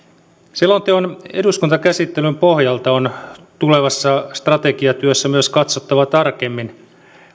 selonteon eduskuntakäsittelyn pohjalta on tulevassa strategiatyössä myös katsottava tarkemmin